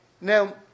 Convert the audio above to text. Now